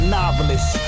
novelist